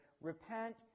Repent